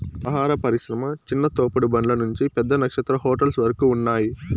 ఆహార పరిశ్రమ చిన్న తోపుడు బండ్ల నుంచి పెద్ద నక్షత్ర హోటల్స్ వరకు ఉన్నాయ్